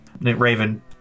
Raven